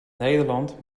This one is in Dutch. nederland